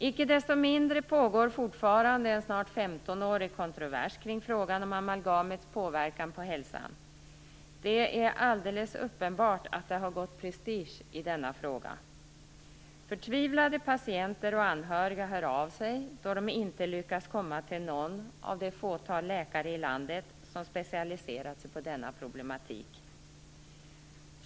Icke desto mindre pågår fortfarande en snart femtonårig kontrovers kring frågan om amalgamets påverkan av hälsan. Det är alldeles uppenbart att det har gått prestige i denna fråga. Förtvivlade patienter och anhöriga hör av sig då de inte lyckas komma till någon av det fåtal läkare i landet som specialiserat sig på denna problematik.